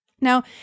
Now